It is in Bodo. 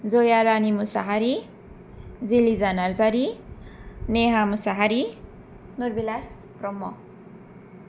जयारानि मुसाहारि जेलिजा नार्जारि नेहा मुसाहारि नुर्बिलास ब्रह्म